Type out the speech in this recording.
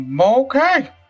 Okay